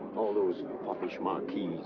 all those foppish marquis,